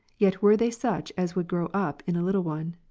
yet were they such as would grow up in a little one.